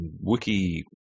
wiki